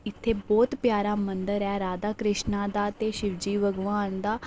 इत्थै बहुत प्यारा मंदर ऐ राधाकृष्ण दा ते शिवजी भगवान दा